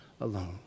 alone